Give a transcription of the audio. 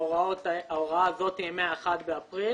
ההוראה הזאת היא מה-1 באפריל